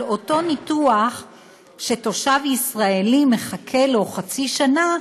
אבל אותו ניתוח שתושב ישראלי מחכה לו חצי שנה,